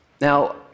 Now